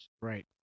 Right